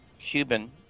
Cuban